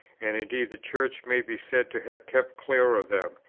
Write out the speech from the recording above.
and indeed the church may be said to have kept clear of them,